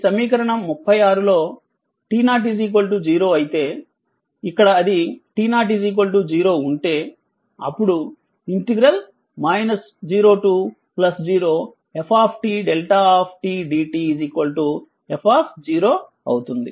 ఈ సమీకరణం 36 లో t 0 0 అయితే ఇక్కడ అది t 0 0 ఉంటే అప్పుడు 0 0f δ dt f అవుతుంది